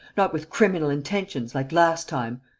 not with criminal intentions, like last time!